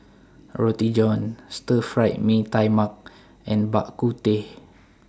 Roti John Stir Fry Mee Tai Mak and Bak Kut Teh